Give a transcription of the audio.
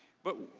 but,